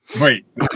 Wait